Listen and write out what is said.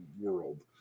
world